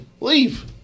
Leave